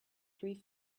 three